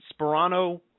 Sperano –